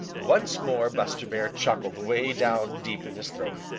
once more buster bear chuckled way down deep in his throat.